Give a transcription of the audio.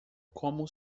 como